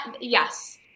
Yes